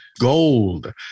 gold